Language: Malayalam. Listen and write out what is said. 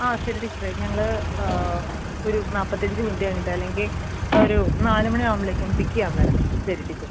ആ ശരി ടീച്ചറേ ഞങ്ങൾ ആ ഒരു നാൽപ്പത്തഞ്ച് മിനിറ്റ് കഴിഞ്ഞിട്ട് അല്ലെങ്കിൽ ഒരു നാല് മണി ആവുമ്പോളേക്കും പിക്ക് ചെയ്യാൻ വരാം ശരി ടീച്ചറേ